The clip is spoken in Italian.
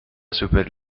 super